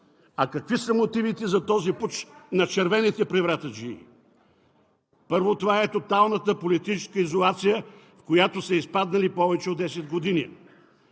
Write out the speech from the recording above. А какви са мотивите за този пуч на червените превратаджии? Първо, това е тоталната политическа изолация, в която са изпаднали повече от 10 години,